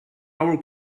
our